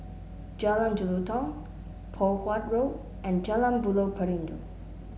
Jalan Jelutong Poh Huat Road and Jalan Buloh Perindu